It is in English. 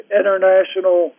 international